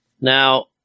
Now